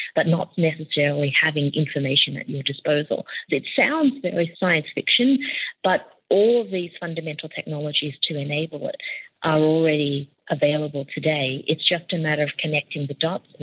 but not necessarily having information at your disposal. it sounds very science-fiction but all these fundamental technologies to enable it are already available today, it's just a matter of connecting the dots.